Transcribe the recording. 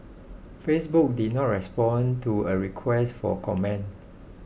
Facebook did not respond to a request for comment